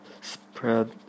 spread